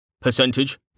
Percentage